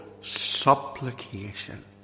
supplication